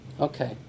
Okay